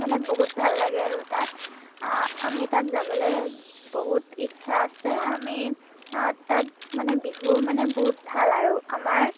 মানে বহুত ভাল লাগে আৰু তাত আমি তাত যাবলৈ বহুত ইচ্ছা আছে আমি তাত মানে বিহু মানে বহুত ভাল আৰু আমাৰ